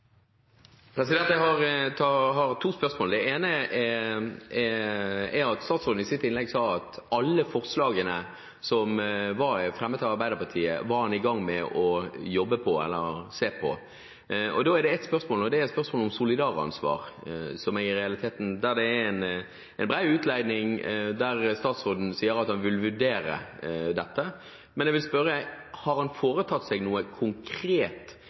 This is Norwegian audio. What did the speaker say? opposisjon. Jeg har to spørsmål. Det ene gjelder det at statsråden i sitt innlegg sa at alle forslagene som var fremmet av Arbeiderpartiet, var han i gang med å jobbe med eller se på. Da har jeg et spørsmål om solidaransvar. I en bred utlegning sier statsråden at han vil vurdere dette. Jeg vil spørre: Har han foretatt seg noe konkret